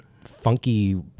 funky